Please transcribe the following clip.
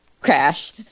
Crash